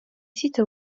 site